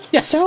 Yes